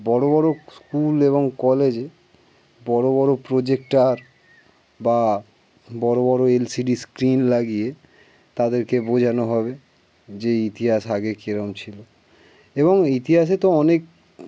বড় বড় স্কুল এবং কলেজে বড় বড় প্রোজেক্টার বা বড় বড় এল সি ডি স্ক্রিন লাগিয়ে তাদেরকে বোঝানো হবে যে ইতিহাস আগে কিরম ছিলো এবং ইতিহাসে তো অনেক